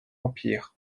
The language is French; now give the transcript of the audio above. empire